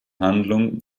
handlung